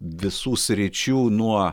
visų sričių nuo